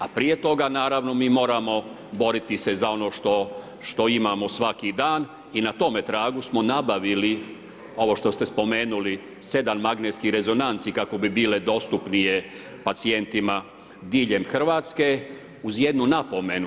A prije toga, naravno mi moramo boriti se za ono što imamo svaki dan i na tome tragu smo nabavili ovo što ste spomenuli, 7 magnetskih rezonanci, kako bi bile dostupnije pacijentima diljem RH, uz jednu napomenu.